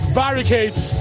barricades